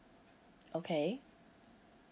okay